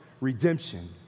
redemption